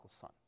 son